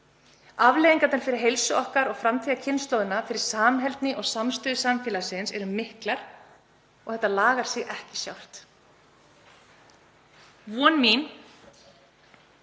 Afleiðingarnar fyrir heilsu okkar og framtíðarkynslóðir, fyrir samheldni og samstöðu samfélagsins eru miklar. Þetta lagar sig ekki sjálft. Von mín